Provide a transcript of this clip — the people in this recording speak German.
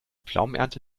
pflaumenernte